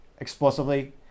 explosively